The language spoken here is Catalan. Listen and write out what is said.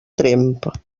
tremp